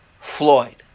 Floyd